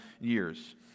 years